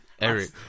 Eric